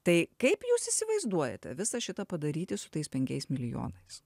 tai kaip jūs įsivaizduojate visą šitą padaryti su tais penkiais milijonais